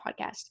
podcast